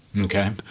Okay